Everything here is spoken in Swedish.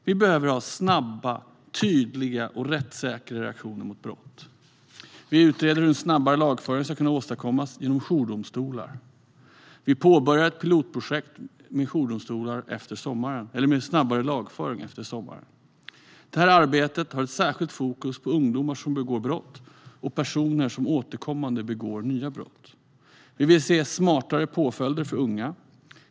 Vi behöver ha snabba, tydliga och rättssäkra reaktioner mot brott. Vi utreder hur en snabbare lagföring ska kunna åstadkommas inom jourdomstolar. Vi påbörjar ett pilotprojekt med snabbare lagföring efter sommaren. Detta arbete har ett särskilt fokus på ungdomar som begår brott och personer som återkommande begår nya brott. Vi vill se smartare påföljder för unga.